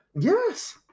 Yes